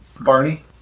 Barney